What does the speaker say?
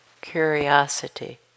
curiosity